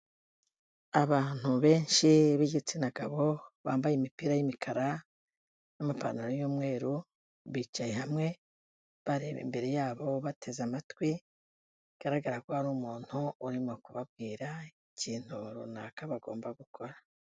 Abantu benshi b'igitsina gabo bambaye imipira y'imikara n'amapantaro y'umweru, bicaye hamwe bareba imbere yabo bateze amatwi bigaragara ko hari umuntu urimo kubabwira ikintu runaka bagomba gukora.